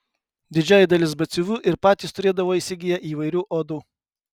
didžioji dalis batsiuvių ir patys turėdavo įsigiję įvairių odų